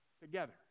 Together